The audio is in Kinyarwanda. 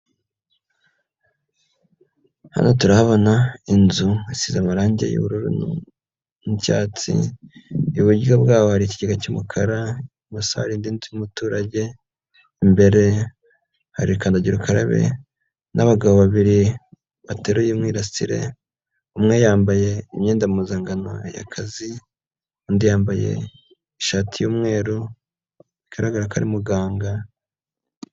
Hano turahabona inzu isize amarangi y'ubururu n'icyatsi, iburyo bwabo hari ikigega cy'umukara, ibumoso hari indi nzu y'umuturage, imbere hari kandagira ukarabe n'abagabo babiri bateruye umwirasire, umwe yambaye imyenda muzangano y'akazi, undi yambaye ishati y'umweru, bigaragara ko ari muganga.